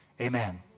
amen